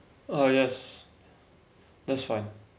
uh yes that's fine